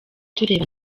tureba